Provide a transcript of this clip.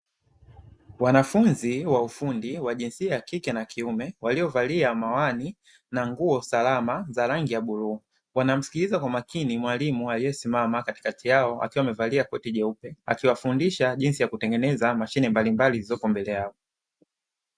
Wanafunzi wa ufundi wa jinsia ya kike na kiume waliovalia mawani na nguo salama za rangi ya bluu, wanamsikiliza kwa makini mwalimu aliyesimama katikati yao akiwa amevalia koti jeupe akiwafundisha jinsi ya kutengeneza mashine mbalimbali zilizopo mbele yao.